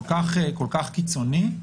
כל-כך קיצוני,